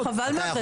נכון, חבל מאוד.